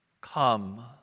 Come